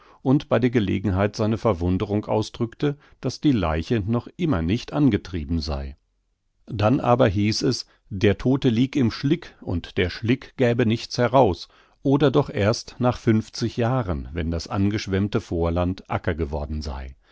und bei der gelegenheit seine verwunderung ausdrückte daß die leiche noch immer nicht angetrieben sei dann aber hieß es der todte lieg im schlick und der schlick gäbe nichts heraus oder doch erst nach fünfzig jahren wenn das angeschwemmte vorland acker geworden sei